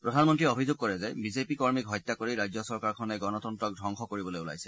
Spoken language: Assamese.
প্ৰধানমন্ত্ৰীয়ে অভিযোগ কৰে যে বিজেপি কৰ্মীক হত্যা কৰি ৰাজ্য চৰকাৰখনে গণতন্ত্ৰক ধবংস কৰিবলৈ ওলাইছে